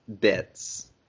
bits